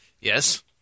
Yes